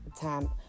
time